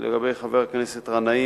לגבי חבר הכנסת גנאים,